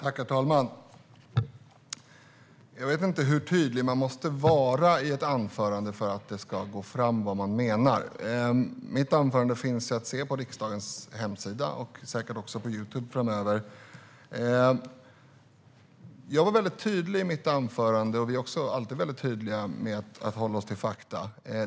Herr talman! Jag vet inte hur tydlig man måste vara i ett anförande för att det ska gå fram vad man menar. Mitt anförande finns att se på riksdagens hemsida och säkert även på Youtube framöver. Jag var väldigt tydlig i mitt anförande, och vi är alltid noga med att hålla oss till fakta.